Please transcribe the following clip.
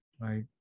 right